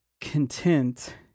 content